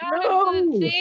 No